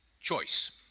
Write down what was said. choice